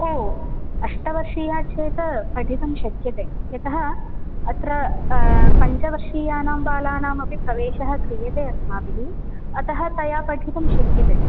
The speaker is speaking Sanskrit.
ओ अष्टवर्षीया चेत् पठितुम् शक्यते यतः अत्र पञ्चवर्षीयाणां बालानामपि प्रवेशः क्रियते अस्माभिः अतः तया पठितुं शक्यते